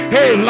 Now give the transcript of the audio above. Hey